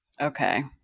Okay